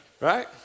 right